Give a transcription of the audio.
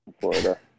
Florida